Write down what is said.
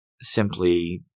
Simply